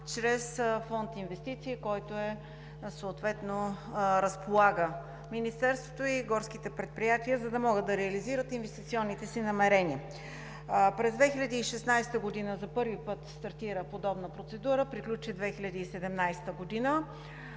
чрез фонд „Инвестиции“, с който съответно разполага Министерството и горските предприятия, за да могат да реализират инвестиционните си намерения. През 2016 г. за първи път стартира подобна процедура, приключи през 2017 г.